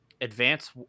Advance